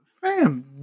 Fam